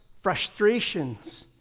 frustrations